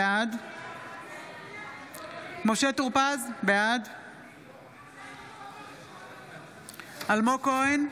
בעד משה טור פז, בעד אלמוג כהן,